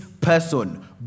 person